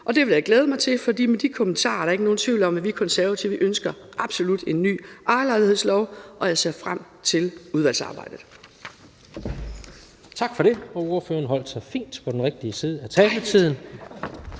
Det vil jeg glæde mig til, for med de kommentarer er der ikke nogen tvivl om, at vi Konservative absolut ønsker en ny ejerlejlighedslov. Jeg ser frem til udvalgsarbejdet.